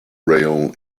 rail